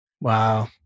Wow